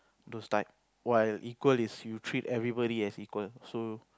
those type while equal is you treat everybody as equal so